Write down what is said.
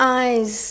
eyes